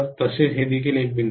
तसेच हे देखील एक बिंदू आहे